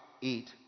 eat